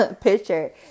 picture